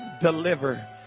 deliver